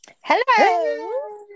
Hello